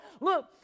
look